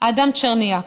אדם צ'רניאקוב: